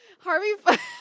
Harvey